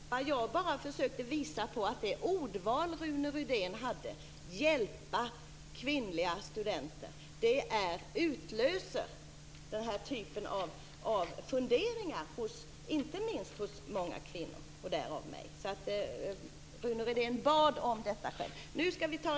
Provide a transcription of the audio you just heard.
Herr talman! Nej, det är väl enklast så. Jag försökte bara visa att det ordval som Rune Rydén hade om att man skulle "hjälpa" kvinnliga studenter utlöser den här typen av funderingar inte minst hos många kvinnor och hos mig själv. Rune Rydén bad alltså om detta.